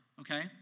Okay